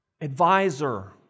advisor